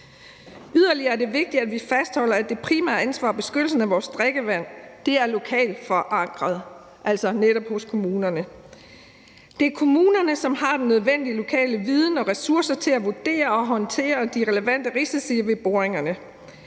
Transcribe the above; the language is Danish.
Yderligere er det vigtigt, at vi fastholder, at det primære ansvar for beskyttelsen af vores drikkevand er lokalt forankret, altså netop hos kommunerne. Det er kommunerne, som har den nødvendige lokale viden og de nødvendige ressourcer til at vurdere og håndtere de relevante risici ved boringerne.